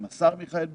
עם השר מיכאל ביטון,